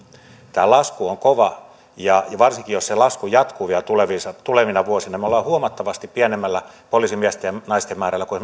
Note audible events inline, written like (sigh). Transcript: tämä lasku on kova ja varsinkin jos se lasku jatkuu vielä tulevina vuosina me olemme huomattavasti pienemmällä poliisimiesten ja naisten määrällä kuin (unintelligible)